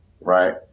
right